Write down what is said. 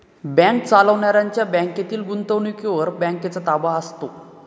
bank चालवणाऱ्यांच्या बँकेतील गुंतवणुकीवर बँकेचा ताबा असतो